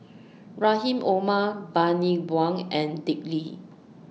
Rahim Omar Bani Buang and Dick Lee